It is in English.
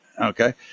okay